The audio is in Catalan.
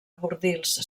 bordils